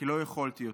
כי לא יכולתי יותר.